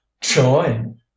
join